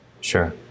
Sure